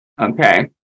Okay